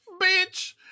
Bitch